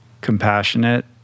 compassionate